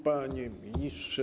Panie Ministrze!